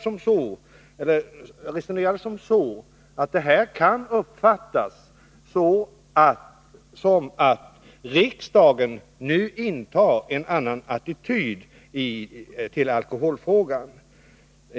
Vi resonerade så att socialutskottets ställningstagande skulle kunna uppfattas så, att riksdagen nu intar en förändrad attityd i alkoholfrågan.